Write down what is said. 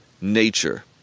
nature